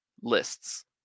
lists